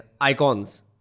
Icons